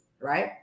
right